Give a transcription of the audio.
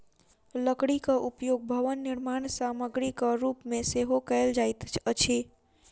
लकड़ीक उपयोग भवन निर्माण सामग्रीक रूप मे सेहो कयल जाइत अछि